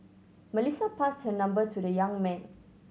Melissa passed her number to the young man